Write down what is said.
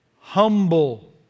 humble